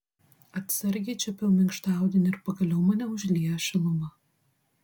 atsargiai čiuopiau minkštą audinį ir pagaliau mane užliejo šiluma